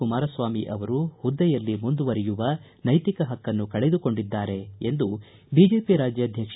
ಕುಮಾರಸ್ವಾಮಿ ಅವರು ಹುದ್ದೆಯಲ್ಲಿ ಮುಂದುವರೆಯುವ ನೈತಿಕ ಹಕ್ಕನ್ನು ಕಳೆದುಕೊಂಡಿದ್ದಾರೆ ಎಂದು ಬಿಜೆಪಿ ರಾಜ್ಯಾದ್ಯಕ್ಷ